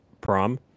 prom